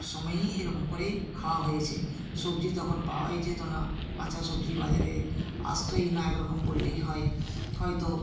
সময়ই এরকম করেই খাওয়া হয়েছে সবজি তখন পাওয়াই যেতো না কাঁচা সবজি বাজারে আসতোই না একরকম বললেই হয় হয়তো